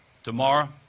Tomorrow